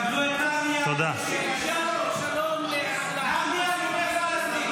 תושיט יד לשלום לעם הסורי, הפלסטיני.